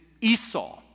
Esau